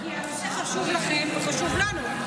כי הנושא חשוב לכם וחשוב לנו,